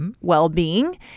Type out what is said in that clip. well-being